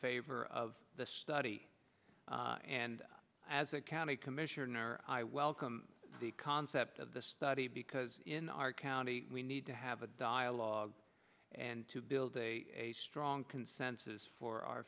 favor of the study and as a county commissioner i welcome the concept of the study because in our county we need to have a dialogue and to build a strong consensus for our